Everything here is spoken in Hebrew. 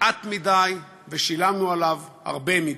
מעט מדי, ושילמנו עליו הרבה מדי.